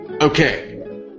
Okay